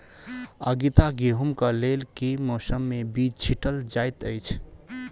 आगिता गेंहूँ कऽ लेल केँ मौसम मे बीज छिटल जाइत अछि?